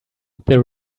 the